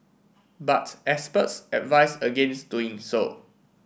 but experts advise against doing so